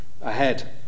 ahead